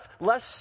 less